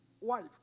wife